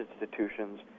institutions